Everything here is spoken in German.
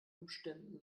umständen